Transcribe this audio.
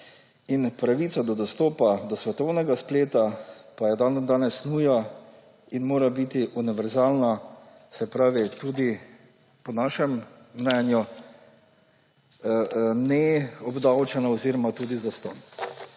Pravica do dostopa do svetovnega spleta pa je dandanes nuja in mora biti univerzalna, se pravi tudi po našem mnenju neobdavčena in tudi zastonj.